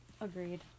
Agreed